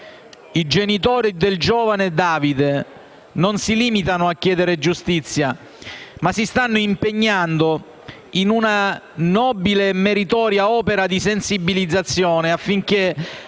I genitori del giovane Davide non si limitano a chiedere giustizia, ma si stanno impegnando in una nobile e meritoria opera di sensibilizzazione, affinché